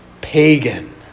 pagan